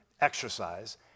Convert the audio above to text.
exercise